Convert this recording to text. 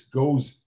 goes